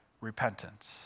repentance